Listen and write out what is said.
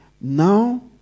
Now